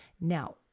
Now